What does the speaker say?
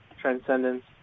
transcendence